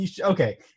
Okay